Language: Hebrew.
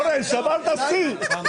אורן, שברת שיא.